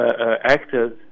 actors